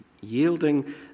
Yielding